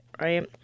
Right